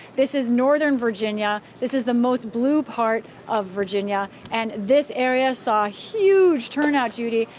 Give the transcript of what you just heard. this is northern virginia. this is the most blue part of virginia. and this area saw huge turnout, judy.